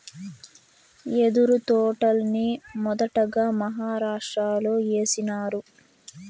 యెదురు తోటల్ని మొదటగా మహారాష్ట్రలో ఏసినారు